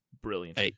Brilliant